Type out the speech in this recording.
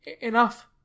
enough